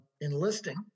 enlisting